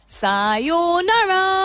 Sayonara